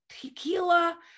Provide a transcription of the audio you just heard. tequila